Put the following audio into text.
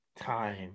time